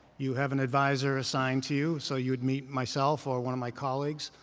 you have an advisor assigned to you. so you would meet myself or one of my colleagues.